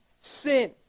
sin